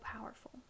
powerful